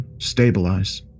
Stabilize